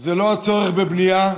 זה לא הצורך בבנייה,